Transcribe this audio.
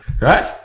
Right